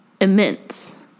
immense